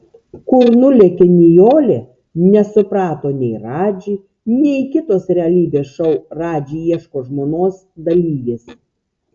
kur nulėkė nijolė nesuprato nei radži nei kitos realybės šou radži ieško žmonos dalyvės